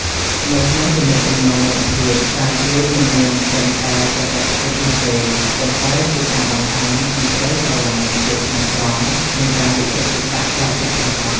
នៅក្នុងទំនាក់ទំនងមិត្តភាព ការជួយមិនមែនត្រឹមតែកាតព្វកិច្ចនោះទេ ប៉ុន្តែជាការបង្ហាញពីក្តីស្រឡាញ់ ភាពស្មោះត្រង់ និងការយកចិត្តទុកដាក់ដ៏ពិតប្រាកដ។